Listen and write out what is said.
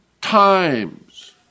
times